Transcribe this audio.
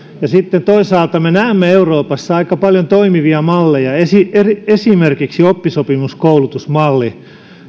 ja sitten toisaalta me näemme euroopassa aika paljon toimivia malleja on esimerkiksi oppisopimuskoulutusmalli